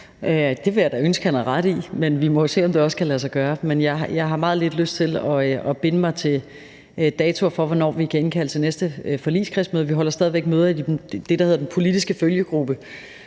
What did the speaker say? det ville jeg da ønske at han havde ret i. Men vi må jo også se, om det kan lade sig gøre. Men jeg har meget lidt lyst til at binde mig til datoer for, hvornår vi kan indkalde til det næste forligskredsmøde. Vi holder stadig væk møder i det, der hedder den politiske følgegruppe,